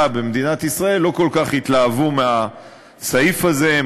במדינת ישראל לא כל כך התלהבו מהסעיף הזה.